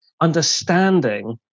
understanding